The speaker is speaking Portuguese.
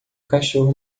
cachorro